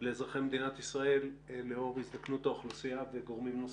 לאזרחי מדינת ישראל לאור הזדקנות האוכלוסייה וגורמים נוספים.